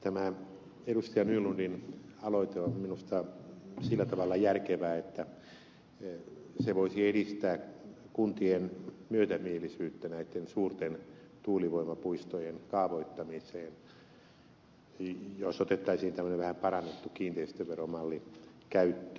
nylundin aloite on minusta sillä tavalla järkevä että se voisi edistää kuntien myötämielisyyttä näitten suurten tuulivoimapuistojen kaavoittamiseen jos otettaisiin tämmöinen vähän parannettu kiinteistöveromalli käyttöön